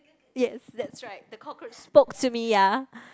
yes that's right the cockroach spoke to me ya